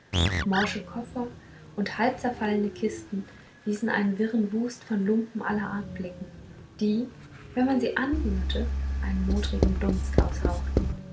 morsche koffer und halbzerfallene kisten ließen einen wirren wust von lumpen aller art blicken die wenn man sie anrührte einen modrigen dunst aushauchten